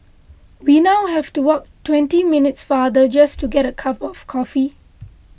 we now have to walk twenty minutes farther just to get a cup of coffee